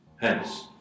hence